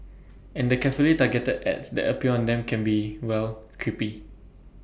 and the carefully targeted ads that appear on them can be well creepy